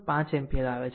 5 ampere આવે છે